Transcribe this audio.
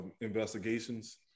investigations